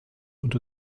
unter